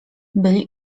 byli